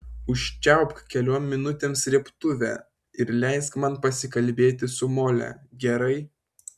užčiaupk keliom minutėm srėbtuvę ir leisk man pasikalbėti su mole gerai